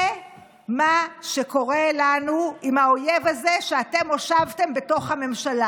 זה מה שקורה לנו עם האויב הזה שאתם הושבתם בתוך הממשלה.